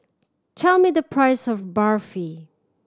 tell me the price of Barfi